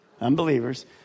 Unbelievers